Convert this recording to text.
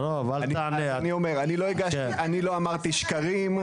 אני לא אמרתי שקרים,